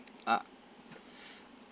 ah